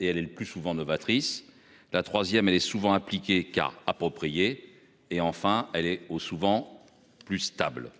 et elle est le plus souvent novatrices la troisième elle est souvent impliqués car. Et enfin elle est au souvent plus stable